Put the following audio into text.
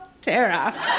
Tara